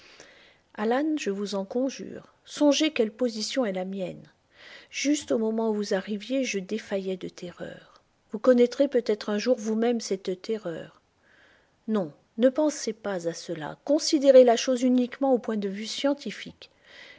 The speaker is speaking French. je vous en conjure songez quelle position est la mienne juste au moment où vous arriviez je défaillais de terreur vous connaîtrez peut-être un jour vous-même cette terreur non ne pensez pas à cela considérez la chose uniquement au point de vue scientifique